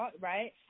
right